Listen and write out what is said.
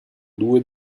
due